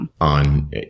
on